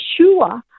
Yeshua